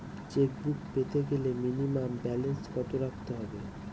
Chequebook পেতে গেলে minimum balance কত রাখতে হবে?